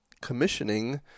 commissioning